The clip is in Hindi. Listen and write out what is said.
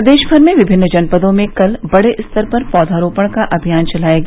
प्रदेश भर में विभिन्न जनपदों में कल बड़े स्तर पर पौधरोपण का अभियान चलाया गया